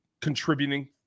contributing